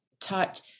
taught